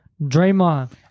Draymond